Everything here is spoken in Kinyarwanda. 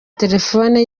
telephone